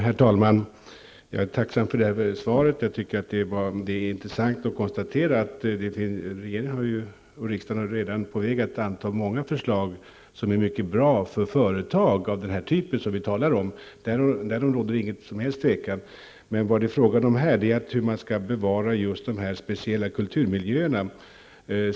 Herr talman! Jag är tacksam för svaret. Jag tycker att det är intressant att konstatera att regering och riksdag redan är på väg att anta många förslag som är mycket bra för företag av den typ som vi talar om. Därom råder inget som helst tvivel. Men vad det är fråga om här är hur man skall bevara just de här speciella kulturmiljöerna.